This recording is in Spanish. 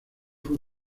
fue